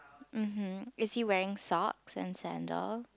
umm hmm is he wearing socks and sandal